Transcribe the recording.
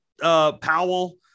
Powell